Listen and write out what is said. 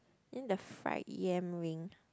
then the fried yam ring